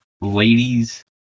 ladies